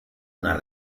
una